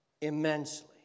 immensely